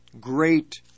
great